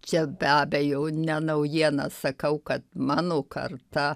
čia be abejo ne naujieną sakau kad mano karta